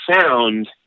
sound